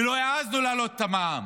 ולא העזנו להעלות את המע"מ,